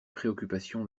préoccupations